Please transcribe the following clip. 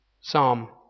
Psalm